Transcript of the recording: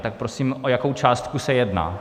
Tak prosím, o jakou částku se jedná?